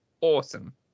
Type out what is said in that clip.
awesome